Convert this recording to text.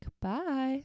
bye